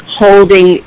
holding